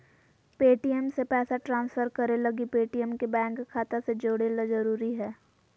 Paytm से पैसा transfer करे लगी पेटीएम के बैंक खाता से जोड़े ल जरूरी हय